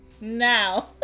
Now